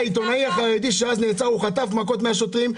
עיתונאי חרדי שנעצר בעבר חטף מכות מן השוטרים,